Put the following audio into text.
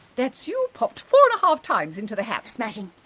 that's you popped four and a half times into the hat. smashing.